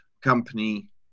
company